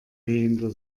hinter